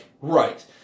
right